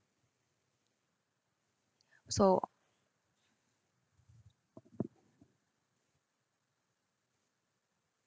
so